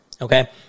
Okay